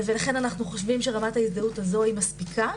לכן אנו חושבים שרמת ההזדהות הזו היא מספיקה.